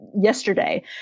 yesterday